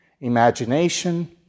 imagination